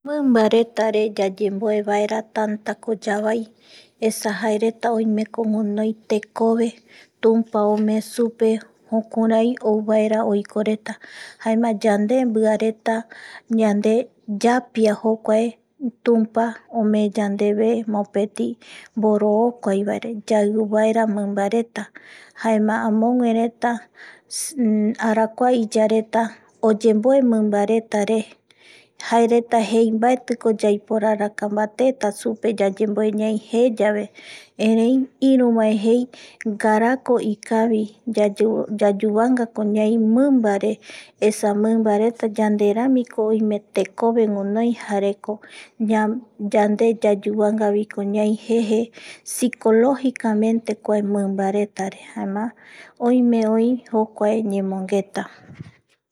Mimbaretare yayemboevaera tanta ko yavai esa jaereta oimeko guinoi tekove tumpa omee supe jukurai ou vaera oikoreta jaema yande mbiareta ñande yapia jokuae tumpa omee yandeve mopeti mborookuaivaere mimbareta yaiuvaera mimbareta jaema amoguereta arakua iyareta oyemboe mimbaretare jaereta jei mbaetiko yaiporaraka mbate supe yayemboe ñai je yave erei iruvae jei ngarako ikavi yayuvangako ñai mimbare, esa esa mimbareta yanderamiko oime tekove guinoi jareko yande yayuvangako ñai je psicologicamente kua mimbaretare jaema oime oi jokuae yemongeta